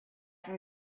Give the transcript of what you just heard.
can